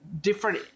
different